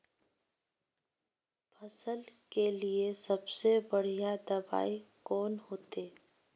फसल के लिए सबसे बढ़िया दबाइ कौन होते?